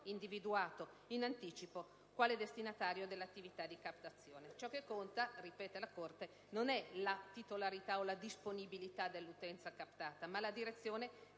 Grazie,